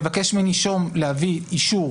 גם מה העלויות של לבקש מנישום להביא אישור,